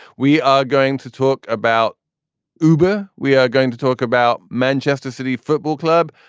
we are going to talk about cuba. we are going to talk about manchester city football club.